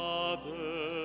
Father